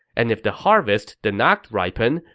and if the harvest did not ripen,